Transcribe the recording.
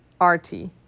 R-T